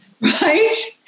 right